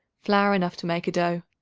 flour enough to make a dough.